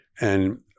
and-